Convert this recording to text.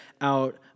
out